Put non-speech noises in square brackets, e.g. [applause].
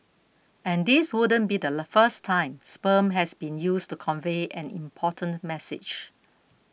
and this wouldn't be the [unintelligible] first time sperm has been used to convey an important message